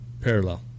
parallel